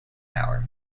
hour